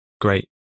great